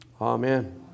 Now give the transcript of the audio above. Amen